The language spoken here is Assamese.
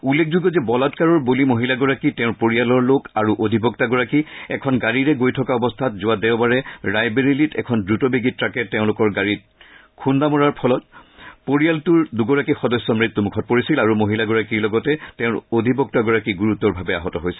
উল্লেখযোগ্য যে বলাৎকাৰৰ বলি মহিলাগৰাকী তেওঁৰ পৰিয়ালৰ লোক আৰু অধিবক্তাগৰাকী এখন গাড়ীৰে গৈ থকা অৱস্থাত যোৱা দেওবাৰে ৰায়বেৰেলিত এখন দ্ৰতবেগী ট্ৰাকে তেওঁলোকৰ গাড়ীখনত খুন্দা মৰাৰ ফলত পৰিয়ালটোৰ দুগৰাকী সদস্য মৃত্যুমুখত পৰিছিল আৰু মহিলাগৰাকীৰ লগতে তেওঁৰ অধিবক্তাগৰাকী গুৰুতৰভাৱে আহত হৈছিল